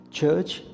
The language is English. Church